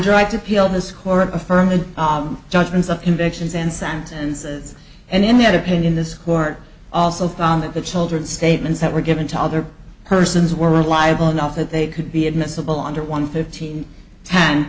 drive to appeal the score of affirm the judgments of convictions and sentences and in that opinion this court also found that the children statements that were given to other persons were reliable enough that they could be admissible under one fifteen ten